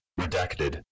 Redacted